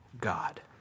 God